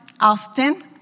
often